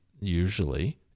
usually